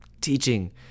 teaching